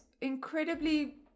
incredibly